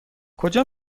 کجا